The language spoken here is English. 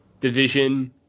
division